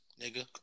nigga